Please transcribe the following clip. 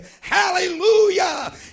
Hallelujah